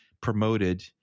promoted